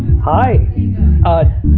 Hi